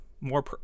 more